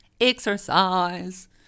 exercise